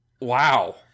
Wow